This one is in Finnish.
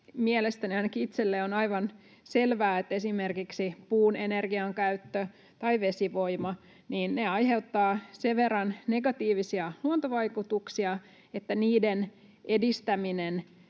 Mielestäni, ainakin itselleni, on aivan selvää, että esimerkiksi puun energiakäyttö tai vesivoima aiheuttavat sen verran negatiivisia luontovaikutuksia, että niiden edistäminen